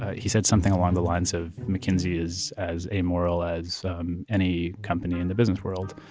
he said something along the lines of mackenzie is as a moral as um any company in the business world,